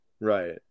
Right